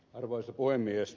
arvoisa puhemies